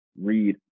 read